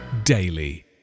Daily